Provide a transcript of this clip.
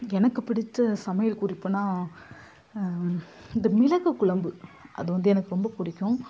எனக்கு பிடிச்ச சமையல் குறிப்புனால் இந்த மிளகு குழம்பு அது வந்து எனக்கு ரொம்ப பிடிக்கும்